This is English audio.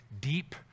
deep